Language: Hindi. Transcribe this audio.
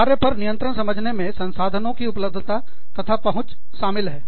कार्य पर नियंत्रण समझने में संसाधनों की उपलब्धता तथा पहुंच शामिल है